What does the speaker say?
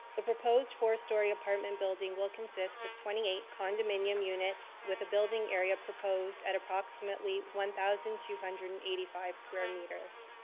the proposed four story apartment building will consist of twenty eight condominium units with a building area proposed at approximately one thousand two hundred and eighty five square meters.